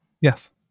Yes